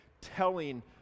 telling